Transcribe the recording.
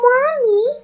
Mommy